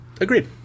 agreed